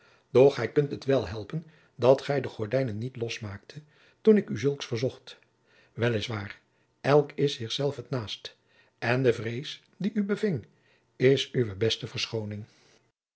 doch gij kunt het wel helpen dat gij de gordijnen niet losmaaktet toen ik u zulks verzocht wel is waar elk is zich zelf het naast en de vrees die u beving is uwe beste verschooning